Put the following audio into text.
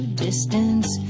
distance